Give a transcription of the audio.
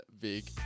big